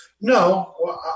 No